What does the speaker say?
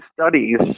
studies